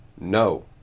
no